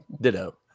Ditto